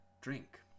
drink